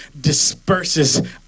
disperses